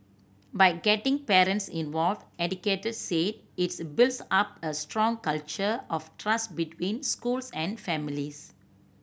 by getting parents involved educators said it builds up a strong culture of trust between schools and families